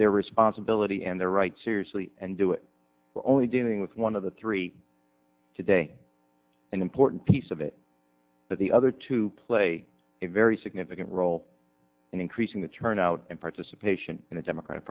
their responsibility and their rights seriously and do it for only dealing with one of the three today an important piece of it but the other two play a very significant role in increasing the turnout and participation in the democratic